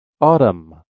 Autumn